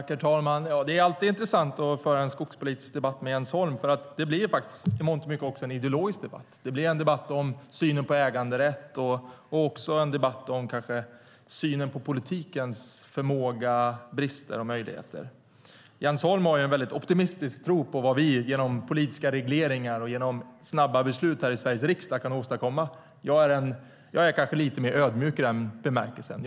Herr talman! Det är alltid intressant att föra en skogspolitisk debatt med Jens Holm. Det blir i mångt och mycket också en ideologisk debatt. Det blir en debatt om synen på äganderätt och en debatt om synen på politikens förmåga, brister och möjligheter. Jens Holm har en mycket optimistisk tro på vad vi kan åstadkomma genom politiska regleringar och snabba beslut här i Sveriges riksdag. Jag är kanske lite mer ödmjuk i den bemärkelsen.